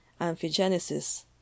amphigenesis